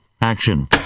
Action